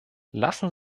lassen